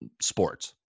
sports